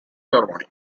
ceremony